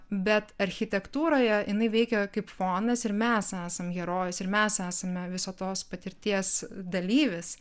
bet architektūroje jinai veikia kaip fonas ir mes esam herojais ir mes esame visos tos patirties dalyvis